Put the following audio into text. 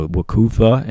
Wakufa